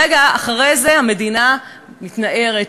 רגע אחרי זה המדינה מתנערת,